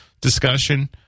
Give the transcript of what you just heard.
discussion